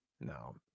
No